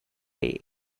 bay